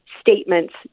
statements